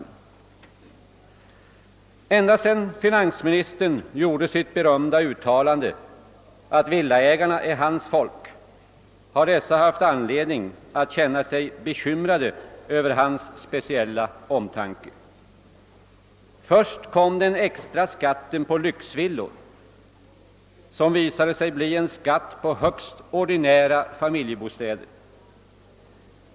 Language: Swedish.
Ända sedan finansministern gjorde sitt berömda uttalande att villaägarna är hans folk har dessa haft anledning att känna sig bekymrade över hans speciella omtanke. Först kom den extra skatten på lyxvillor, vilken visat sig bli en skatt på högst ordinära familjebostäder.